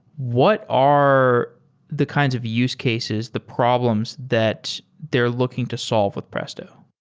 what are the kinds of use cases, the problems, that they're looking to solve with presto?